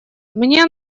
мне